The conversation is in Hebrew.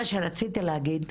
מה שרציתי להגיד,